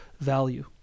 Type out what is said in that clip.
value